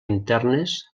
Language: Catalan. internes